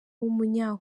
w’umunya